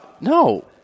No